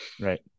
Right